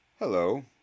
Hello